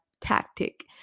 tactic